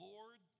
Lord